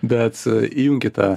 bet įjunkit tą